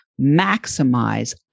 maximize